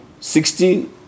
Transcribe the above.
sixty